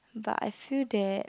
but I feel that